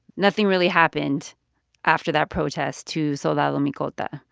nothing really happened after that protest to soldado micolta.